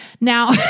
Now